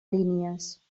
línies